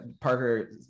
parker